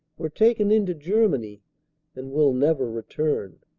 were taken into ger many and will never return,